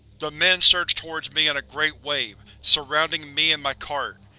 the men surged towards me in a great wave, surrounding me and my cart.